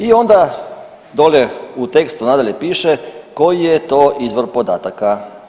I onda dolje u tekstu nadalje piše koji je to izvor podataka.